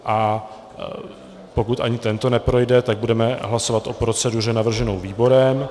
A pokud ani tento neprojde, tak budeme hlasovat o proceduře navržené výborem.